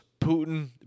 Putin